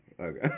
Okay